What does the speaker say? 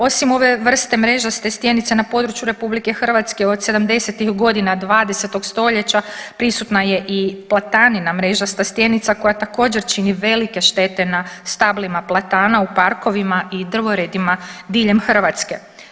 Osim ove vrste mrežaste stjenice na području RH od '70.-ih godina 20. stoljeća prisutna je i platanina mrežasta stjenica koja također čini velike štete na stablima platana u parkama i drvoredima diljem Hrvatske.